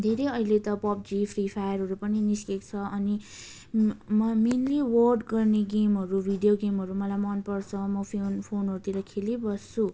धेरै अहिले त पबजी फ्री फायरहरू पनि निस्केको छ अनि म म मेनली वर्ड गर्ने गेमहरू भिडियो गेमहरू मलाई मनपर्छ म फोन फोनहरूतिर खेलिबस्छु